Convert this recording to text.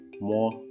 more